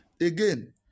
Again